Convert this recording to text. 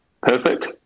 perfect